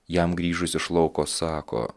jam grįžus iš lauko sako